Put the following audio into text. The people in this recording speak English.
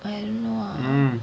I know